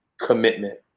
commitment